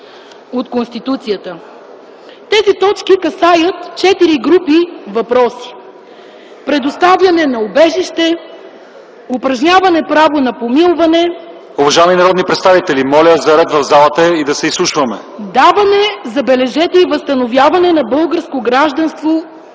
от Конституцията”. Тези точки касаят четири групи въпроси – предоставяне на убежище, упражняване право на помилване, даване – забележете – и възстановяване на българско гражданство